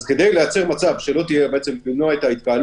אז כדי למנוע התקהלות,